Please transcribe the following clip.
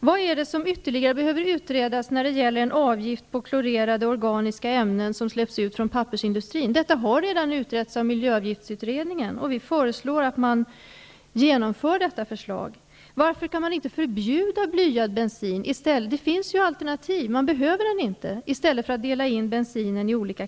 Vad är det som ytterligare behöver utredas när det gäller en avgift på klorerade, organiska ämnen som släpps ut från pappersindustrin? Detta har redan utretts av miljöavgiftsutredningen, och vi föreslår att det framlagda förslaget genomförs. Varför kan man inte förbjuda blyhaltig bensin, i stället för att dela in bensinen i olika klasser? Det finns ju alternativ, varför man inte behöver denna typ av bensin.